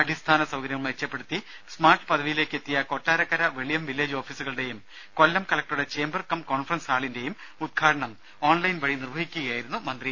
അടിസ്ഥാന സൌകര്യങ്ങൾ മെച്ചപ്പെടുത്തി സ്മാർട്ട് പദവിയിലേക്കെത്തിയ കൊട്ടാരക്കര വെളിയം വില്ലേജ് ഓഫീസുകളുടെയും കൊല്ലം കലക്ടറുടെ ചേംബർ കം കോൺഫറൻസ് ഹാളിന്റെയും ഉദ്ഘാടനം ഓൺലൈനിലൂടെ നിർവ്വഹിക്കുകയായിരുന്നു മന്ത്രി